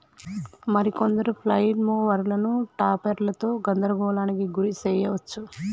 మరి కొందరు ఫ్లైల్ మోవరులను టాపెర్లతో గందరగోళానికి గురి శెయ్యవచ్చు